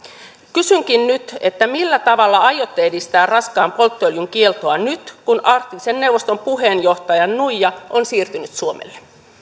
kysynkin nyt millä tavalla aiotte edistää raskaan polttoöljyn kieltoa nyt kun arktisen neuvoston puheenjohtajan nuija on siirtynyt suomelle